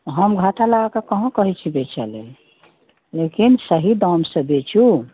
हम घाटा लगाके कहाँ कहैत छी बेचऽ लेल लेकिन सही दाम से बेचू